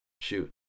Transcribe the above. shoot